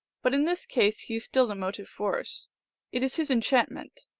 but in this case he is still the motive force it is his enchantment.